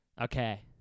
Okay